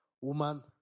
woman